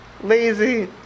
lazy